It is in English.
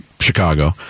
Chicago